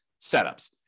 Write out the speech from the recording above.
setups